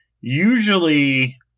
usually